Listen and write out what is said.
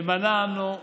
ומנענו.